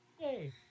Yay